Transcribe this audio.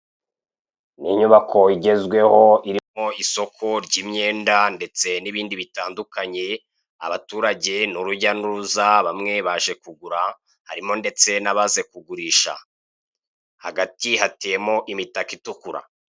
Inyubako igezweho irimo isoko ry'imyenda ndetse n'ibindi bitandukanye. Abaturage ni urujya n'uruza bamwe baje kugura, harimo ndetse n'abaje kugurisha. hagati hateyemo imitaka itukura.